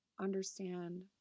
understand